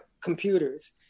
computers